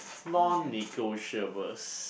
non negotiables